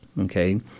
okay